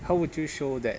how would you show that